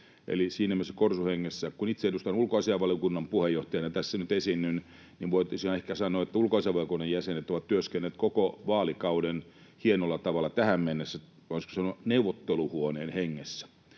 siinä mielessä korsuhengessä. Kun itse edustan ulkoasiainvaliokuntaa, puheenjohtajana tässä nyt esiinnyn, niin voisin ehkä sanoa, että ulkoasiainvaliokunnan jäsenet ovat työskennelleet koko vaalikauden hienolla tavalla tähän mennessä, voisiko sanoa neuvotteluhuoneen hengessä.